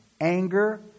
anger